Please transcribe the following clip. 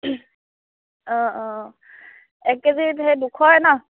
অঁ অঁ এক কেজিত সেই দুশই নহ্